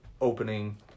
opening